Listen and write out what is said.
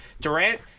Durant